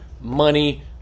money